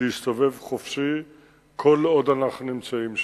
להסתובב חופשי כל עוד אנחנו נמצאים שם,